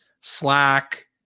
Slack